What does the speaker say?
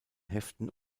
heften